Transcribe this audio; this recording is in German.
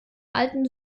alten